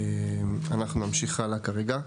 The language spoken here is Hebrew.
אנחנו נמשיך הלאה כרגע.